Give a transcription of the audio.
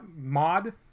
mod